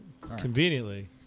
conveniently